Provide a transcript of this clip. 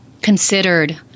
considered